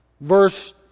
Verse